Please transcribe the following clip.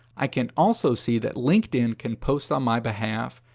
i can also see that linkedin can post on my behalf.